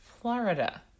Florida